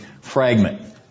fragment